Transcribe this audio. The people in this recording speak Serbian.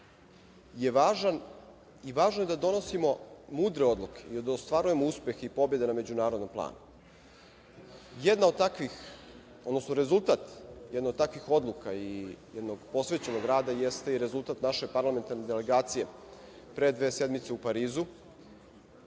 je važan i važno je da donosimo mudre odluke i da ostvarujemo uspeh i pobede na međunarodnom planu. Rezultat jedne od takvih odluka i jednog posvećenog rada jeste i rezultat naše parlamentarne delegacije pre dve sedmice u Parizu,